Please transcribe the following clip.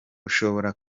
ushobora